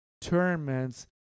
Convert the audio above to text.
tournaments